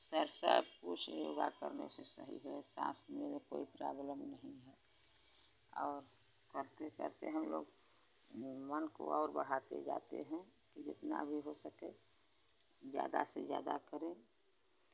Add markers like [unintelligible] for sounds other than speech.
[unintelligible] सब कुछ योगा करने से सही है सांस लेने में कोई प्रॉब्लेम नहीं है और करते करते हम लोग मन को और बढ़ाते जाते हैं कि जितना भी हो सके ज़्यादा से ज़्यादा करें